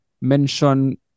mention